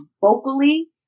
vocally